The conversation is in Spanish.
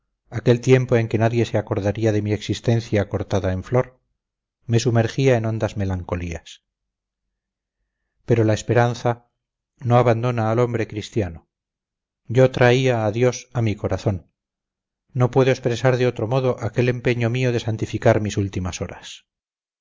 aquel tiempo en que nadie se acordaría de mi existencia cortada en flor me sumergía en hondas melancolías pero la esperanza no abandona al hombre cristiano yo traía a dios a mi corazón no puedo expresar de otro modo aquel empeño mío de santificar mis últimas horas